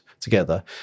together